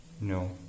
No